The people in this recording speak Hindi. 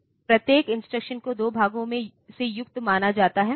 तो प्रत्येक इंस्ट्रक्शन को 2 भागों से युक्त माना जा सकता है